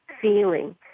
feeling